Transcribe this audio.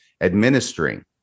administering